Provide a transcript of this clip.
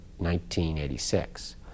1986